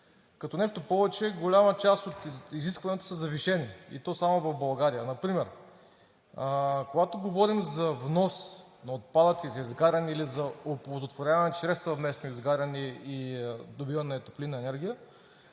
като, нещо повече, голяма част от изискванията са завишени, и то само в България. Например, когато говорим за внос на отпадъци за изгаряне или за оползотворяване чрез съвместно изгаряне или добиване на топлинна енергия,